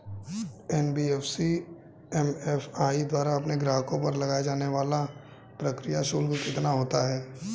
NBFC MFI द्वारा अपने ग्राहकों पर लगाए जाने वाला प्रक्रिया शुल्क कितना होता है?